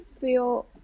feel